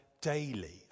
daily